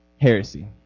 Heresy